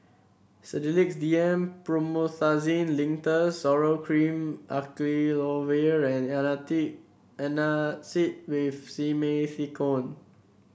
Sedilix D M Promethazine Linctus Zoral Cream Acyclovir and Antacid with Simethicone